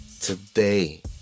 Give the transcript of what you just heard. Today